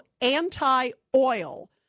anti-oil